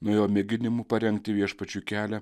nuo jo mėginimų parengti viešpačiui kelią